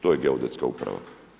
To je Geodetska uprava.